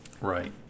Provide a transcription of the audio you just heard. Right